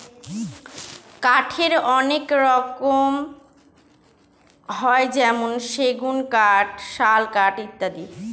কাঠের অনেক রকম হয় যেমন সেগুন কাঠ, শাল কাঠ ইত্যাদি